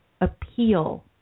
appeal –